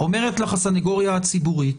אומרת לך הסנגוריה הציבורית: